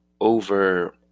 over